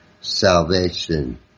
salvation